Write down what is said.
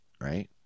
right